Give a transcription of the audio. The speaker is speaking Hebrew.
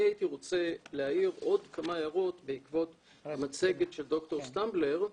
אני הייתי רוצה להעיר עוד כמה הערות בעקבות המצגת של ד"ר סטמבלר.